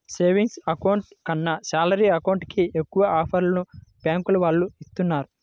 savings account కన్నా salary account కి ఎక్కువ ఆఫర్లను బ్యాంకుల వాళ్ళు ఇస్తున్నారు